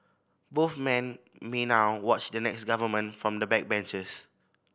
both men may now watch the next government from the backbenches